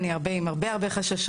ואני הרבה עם הרבה חששות,